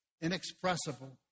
inexpressible